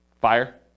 Fire